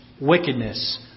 wickedness